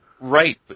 Right